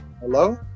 Hello